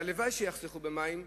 והלוואי שיחסכו במים,